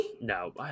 No